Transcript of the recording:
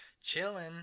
chilling